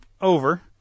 over